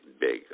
big